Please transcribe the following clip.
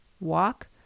walk